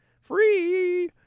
Free